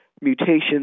mutations